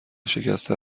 شکسته